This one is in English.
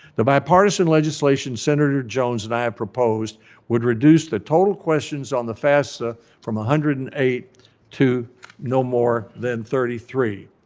the bipartisan legislation senator jones and i have proposed would reduce the total questions on the fafsa from one ah hundred and eight to no more than thirty three.